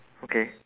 okay